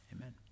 amen